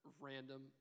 random